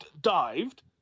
dived